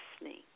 listening